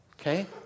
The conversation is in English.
Okay